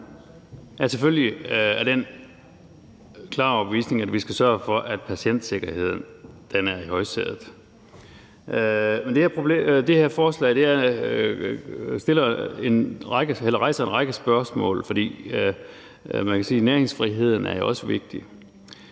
selvfølgelig af den klare overbevisning, at vi skal sørge for, at patientsikkerheden er i højsædet. Men det her forslag rejser en række spørgsmål, for man kan sige, at næringsfriheden jo også er vigtig.